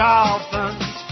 Dolphins